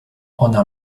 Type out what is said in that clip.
ona